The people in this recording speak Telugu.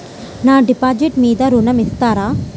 నా డిపాజిట్ మీద ఋణం ఇస్తారా?